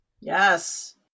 Yes